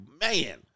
man